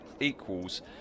equals